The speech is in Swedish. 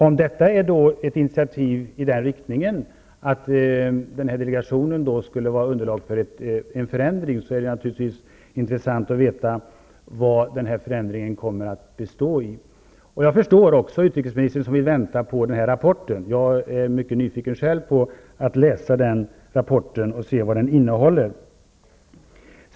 Om detta är ett initiativ i den riktningen, att delegationen skall utgöra underlag för en förändring, är det naturligtvis intressant att veta vad förändringen kommer att bestå i. Jag förstår att utrikesministern vill vänta på rapporten. Jag är själv mycket nyfiken på att få läsa den och se vad den innehåller.